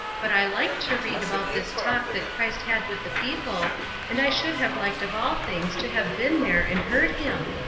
but i like to read about this talk that christ had with the people and i should have liked of all things to have been there and heard him.